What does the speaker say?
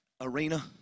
arena